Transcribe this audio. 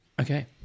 Okay